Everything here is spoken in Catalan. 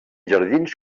jardins